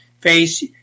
face